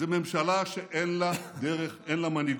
מה שהשתנה זה ממשלה שאין לה דרך, אין לה מנהיגות.